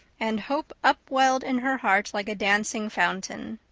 and hope upwelled in her heart like a dancing fountain.